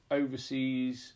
overseas